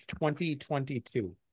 2022